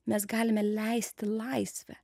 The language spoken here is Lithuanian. mes galime leisti laisvę